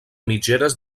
mitgeres